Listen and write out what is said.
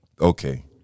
Okay